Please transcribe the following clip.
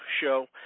Show